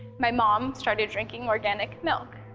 my mom started drinking organic milk.